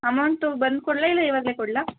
amount ಬಂದು ಕೊಡಲಾ ಇಲ್ಲಾ ಈವಾಗಲೇ ಕೊಡಲಾ